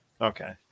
Okay